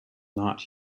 not